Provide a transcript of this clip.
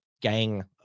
gang